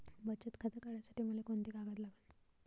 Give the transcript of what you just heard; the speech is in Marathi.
बचत खातं काढासाठी मले कोंते कागद लागन?